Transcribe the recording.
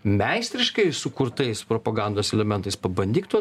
meistriškai sukurtais propagandos elementais pabandyk tu